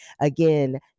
again